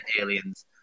aliens